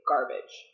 Garbage